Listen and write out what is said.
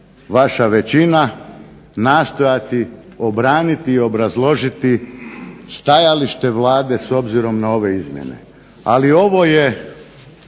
vaša većina nastojati obraniti i obrazložiti stajalište Vlade s obzirom na ove izjave. Ali ovo je